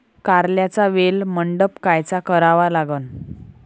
कारल्याचा वेल मंडप कायचा करावा लागन?